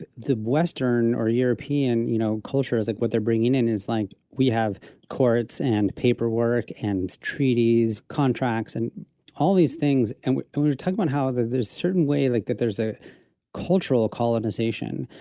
the western or european, you know, culture is like, what they're bringing in is like, we have courts and paperwork, and treaties, contracts and all these things. and we we were talking about how there's certain way like that there's a cultural colonization,